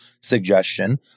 suggestion